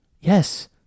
Yes